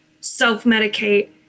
self-medicate